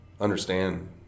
understand